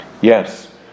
Yes